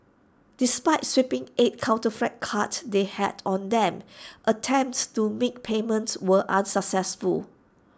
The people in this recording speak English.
despite swiping eight counterfeit cards they had on them attempts to make payments were unsuccessful